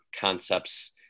concepts